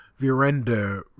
Virenda